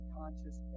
conscious